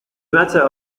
matter